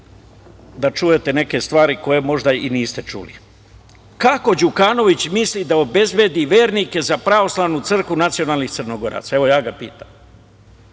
da čujete neke stvari koje možda i niste čuli. Kako Đukanović misli da obezbedi vernike za Pravoslavnu crkvu nacionalnih Crnogoraca, evo ja ga pitam?